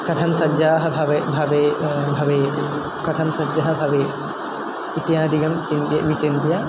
कथं सज्जाः भवेम भवेम भवेत् कथं सज्जः भवेत् इत्यादिकं विचिन्त्य विचिन्त्य